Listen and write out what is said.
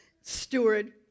Steward